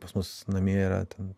pas mus namie yra ten